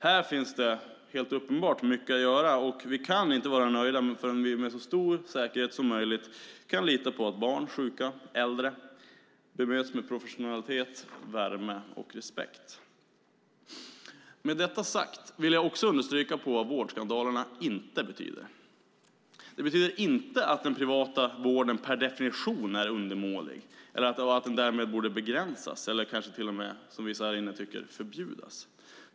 Här finns det helt uppenbart mycket att göra, och vi kan inte vara nöjda förrän vi med så stor säkerhet som möjligt kan lita på att barn, sjuka och äldre bemöts med professionalitet, värme och respekt. Med detta sagt vill jag också understryka vad vårdskandalerna inte betyder. De betyder inte att den privata vården per definition är undermålig och att den därmed borde begränsas eller kanske till och med, som vissa här inne tycker, förbjudas.